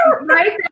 right